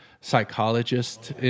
psychologist